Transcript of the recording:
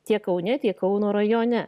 tiek kaune tiek kauno rajone